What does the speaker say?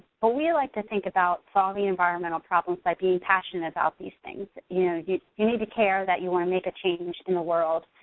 but we like to think about solving environmental problems by being passionate about these things. you you need to care that you wanna make a change in the world,